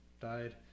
died